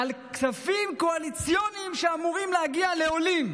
על כספים קואליציוניים שאמורים להגיע לעולים.